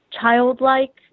childlike